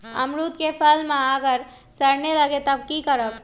अमरुद क फल म अगर सरने लगे तब की करब?